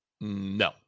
No